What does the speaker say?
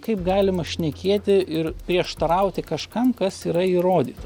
kaip galima šnekėti ir prieštarauti kažkam kas yra įrodyta